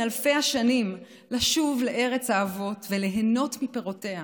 אלפי השנים לשוב לארץ האבות וליהנות מפירותיה,